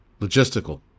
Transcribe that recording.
logistical